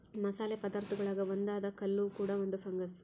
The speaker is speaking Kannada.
ಮಸಾಲೆ ಪದಾರ್ಥಗುಳಾಗ ಒಂದಾದ ಕಲ್ಲುವ್ವ ಕೂಡ ಒಂದು ಫಂಗಸ್